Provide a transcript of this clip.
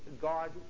God